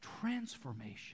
transformation